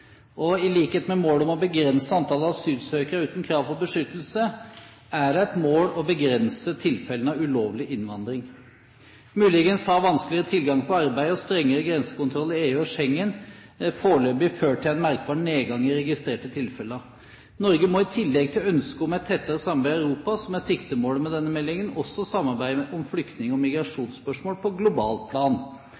I likhet med målet om å begrense antall asylsøkere uten krav på beskyttelse er det et mål å begrense tilfellene av ulovlig innvandring. Muligens har vanskeligere tilgang på arbeid og strengere grensekontroll i EU og Schengen foreløpig ført til en merkbar nedgang i registrerte tilfeller. Norge må i tillegg til ønsket om et tettere samarbeid i Europa, som er siktemålet med denne meldingen, også samarbeide om flyktning- og